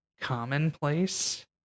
commonplace